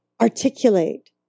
articulate